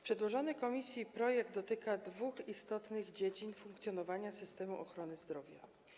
Przedłożony komisji projekt ustawy dotyka dwóch istotnych dziedzin funkcjonowania systemu ochrony zdrowia.